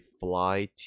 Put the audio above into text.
Fly